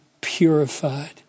purified